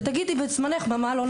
ותגידי בזמנך מה לא נכון.